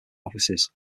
offices